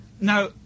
Now